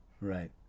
Right